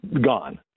gone